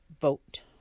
Vote